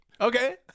Okay